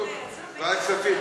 ועדת כספים.